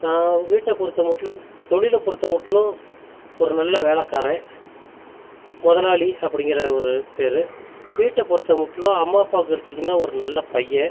நான் வீட்டை பொறுத்த மட்டிலும் தொழிலை பொறுத்த மட்டிலும் ஒரு நல்ல வேலைக்காரன் முதலாளி அப்படியென்கிற ஒரு பேரு வீட்ட பொறுத்த மட்டலும் அம்மா அப்பாவை எடுத்துக்கிட்டீங்கன்னால் ஒரு நல்ல பையன்